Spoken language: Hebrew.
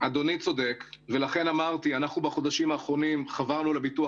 אדוני צודק ולכן אמרתי שבחודשים אחרונים חברנו לביטוח